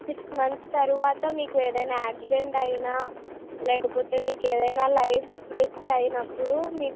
six months తరువాత మీకు ఏదైనా ఆక్సిడెంట్ అయినా లేకపోతే మీకు ఏదైనా లైఫ్ రిస్క అయినప్పుడు